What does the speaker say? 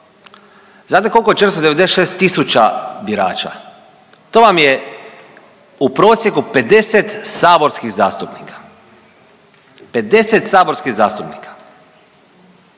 Znate koliko je 496 tisuća birača? To vam je u prosjeku 50 saborskih zastupnika. 50 saborskih zastupnika.